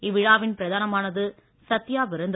இவ்விழாவின் பிராதனமானது சத்தியா விருந்து